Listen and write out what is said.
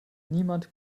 niemand